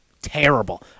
terrible